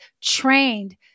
trained